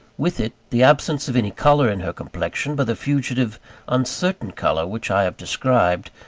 with it, the absence of any colour in her complexion but the fugitive uncertain colour which i have described,